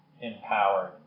empowered